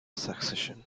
succession